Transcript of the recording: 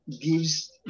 gives